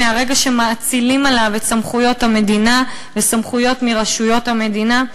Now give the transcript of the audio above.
מהרגע שמאצילים עליו את סמכויות המדינה וסמכויות מרשויות המדינה,